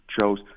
chose